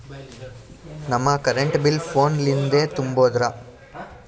ನಮ್ current bill ಫೋನ ಲಿಂದೇ ತುಂಬೌದ್ರಾ?